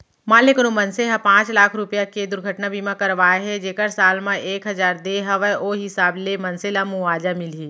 मान ले कोनो मनसे ह पॉंच लाख रूपया के दुरघटना बीमा करवाए हे जेकर साल म एक हजार दे हवय ओ हिसाब ले मनसे ल मुवाजा मिलही